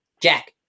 Jack